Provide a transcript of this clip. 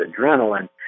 adrenaline